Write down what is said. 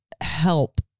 help